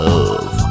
Love